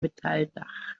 metalldach